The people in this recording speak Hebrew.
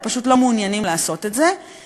הם פשוט לא מעוניינים לעשות את זה,